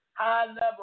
high-level